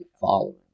following